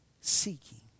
seeking